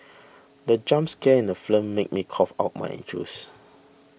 the jump scare in the film made me cough out my juice